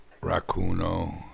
Raccoon